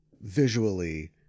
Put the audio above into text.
visually